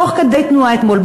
תוך כדי תנועה אתמול,